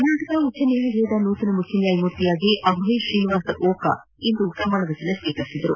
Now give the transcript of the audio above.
ಕರ್ನಾಟಕ ಉಚ್ಚನ್ನಾಯಾಲಯದ ನೂತನ ಮುಖ್ಯ ನ್ಯಾಯಮೂರ್ತಿಯಾಗಿ ಅಭಯ್ ಶ್ರೀನಿವಾಸ್ ಓಕಾ ಇಂದು ಪ್ರಮಾಣವಚನ ಸ್ವೀಕರಿಸಿದರು